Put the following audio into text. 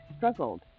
Struggled